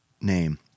name